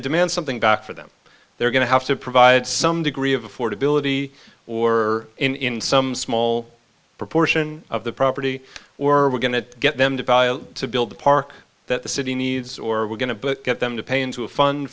to demand something back for them they're going to have to provide some degree of affordability or in some small proportion of the property or we're going to get them to build the park that the city needs or we're going to get them to pay into a fund